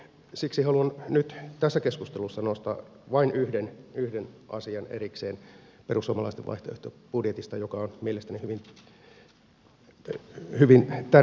siksi haluan nyt tässä keskustelussa nostaa erikseen perussuomalaisten vaihtoehtobudjetista vain yhden asian joka on mielestäni hyvin tärkeä asia